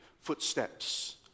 footsteps